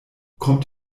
kommt